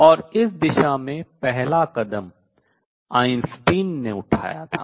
और इस दिशा में पहला कदम आइंस्टीन ने उठाया था